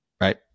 right